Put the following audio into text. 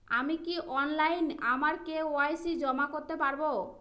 আমি কি অনলাইন আমার কে.ওয়াই.সি জমা করতে পারব?